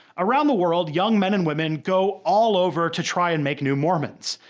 around the world, young men and women go all over to try and make new mormons.